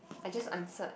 I just answered